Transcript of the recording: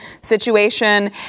situation